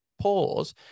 pause